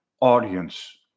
audience